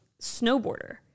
snowboarder